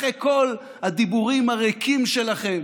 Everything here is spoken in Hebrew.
אחרי כל הדיבורים הריקים שלכם